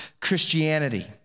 Christianity